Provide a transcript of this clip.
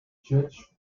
judge